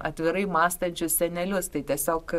atvirai mąstančius senelius tai tiesiog